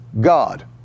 God